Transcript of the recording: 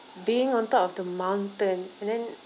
being on top of the mountain and then